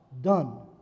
done